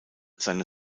seiner